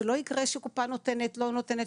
שלא יקרה שקופה נותנת או לא נותנת,